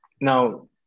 Now